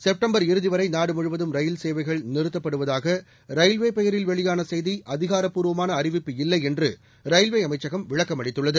September இறுதிவரை நாடுமுழுவதும் rail சேவைகள் நிறுத்தப்படுவதாக ரயில்வே பெயரில் வெளியான செய்தி அதிகாரப்பூர்வமான அறிவிப்பு இல்லை என்று ரயில்வே அமைச்சகம் விளக்கம் அளித்துள்ளது